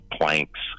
planks